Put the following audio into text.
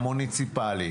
המוניציפלי.